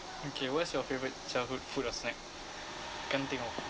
okay what's your favourite childhood food or snack can't think of